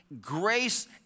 grace